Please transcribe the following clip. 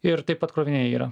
ir taip pat krovininiai yra